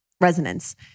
resonance